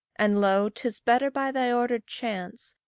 and lo! tis better, by thy ordered chance,